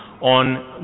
on